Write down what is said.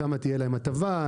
שם תהיה להם הטבה,